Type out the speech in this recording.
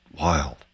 wild